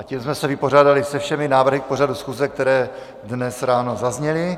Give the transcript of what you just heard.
Tím jsme se vypořádali se všemi návrhy k pořadu schůze, které dnes ráno zazněly.